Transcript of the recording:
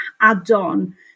add-on